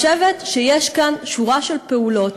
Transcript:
אני חושבת שיש כאן שורה של פעולות